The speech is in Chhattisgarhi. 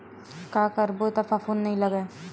का करबो त फफूंद नहीं लगय?